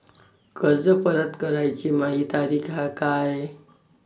कर्ज परत कराची मायी तारीख का हाय?